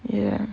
ya